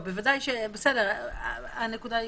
הנקודה ברורה.